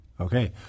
Okay